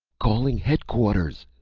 calling headquarters!